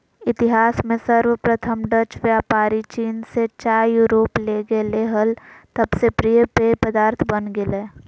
इतिहास में सर्वप्रथम डचव्यापारीचीन से चाययूरोपले गेले हल तब से प्रिय पेय पदार्थ बन गेलय